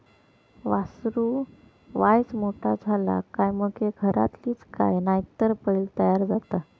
वासरू वायच मोठा झाला काय मगे घरातलीच गाय नायतर बैल तयार जाता